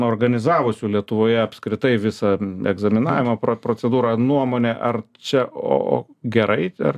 organizavusių lietuvoje apskritai visą egzaminavimo pro procedūrą nuomonė ar čia o o gerai ar